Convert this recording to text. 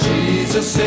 Jesus